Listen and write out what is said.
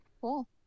Cool